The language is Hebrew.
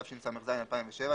התשס"ז-2007,